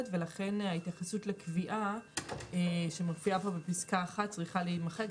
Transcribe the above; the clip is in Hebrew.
ולכן ההתייחסות לקביעה שמופיעה בפסקה 1 צריכה להימחק.